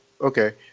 okay